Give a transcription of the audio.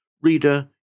reader